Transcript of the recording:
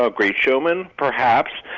ah great showmen perhaps